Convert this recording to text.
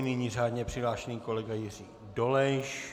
Nyní řádně přihlášený kolega Jiří Dolejš.